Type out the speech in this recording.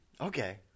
Okay